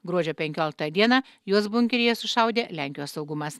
gruodžio penkioliktą dieną juos bunkeryje sušaudė lenkijos saugumas